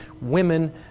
Women